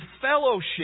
fellowship